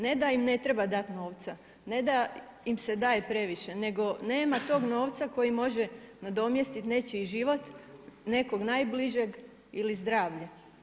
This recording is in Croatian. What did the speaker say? Ne da im ne treba dat novca, ne da im se daje previše, nego nema tog novca koji može nadomjestiti nečiji život nekog najbližeg ili zdravlje.